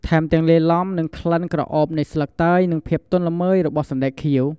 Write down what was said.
ថែមទាំង លាយឡំនឹងក្លិនក្រអូបនៃស្លឹកតើយ និងភាពទន់ល្មើយរបស់សណ្ដែកខៀវ។